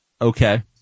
okay